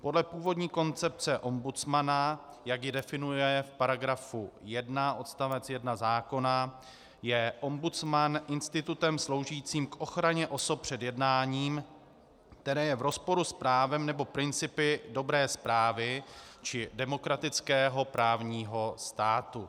Podle původní koncepce ombudsmana, jak ji definuje v § 1 odst. 1 zákona, je ombudsman institutem sloužícím k ochraně osob před jednáním, které je v rozporu s právem nebo principy dobré správy či demokratického právního státu.